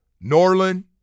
Norland